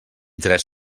tres